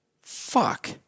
Fuck